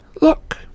Look